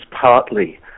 partly